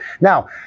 Now